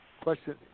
question